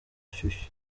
fifi